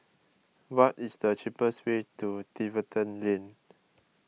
what is the cheapest way to Tiverton Lane